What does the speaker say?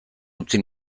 utzi